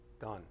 Done